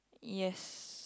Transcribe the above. yes